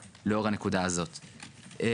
כך שגם אם היינו רוצים לטרפד הכול,